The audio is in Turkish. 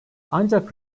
ancak